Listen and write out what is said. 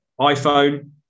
iPhone